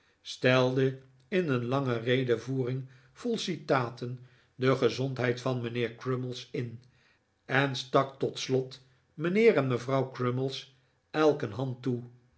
stelde in een lange redevoering vol citaten de gezondheid van mijnheer crummies in en stak tot slot mijnheer en mevrouw crummies elk een hand toe